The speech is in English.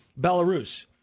Belarus